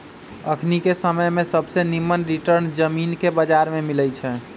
अखनिके समय में सबसे निम्मन रिटर्न जामिनके बजार में मिलइ छै